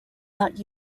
not